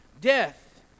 death